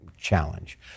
challenge